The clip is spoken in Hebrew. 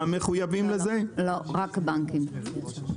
רק הבנקים.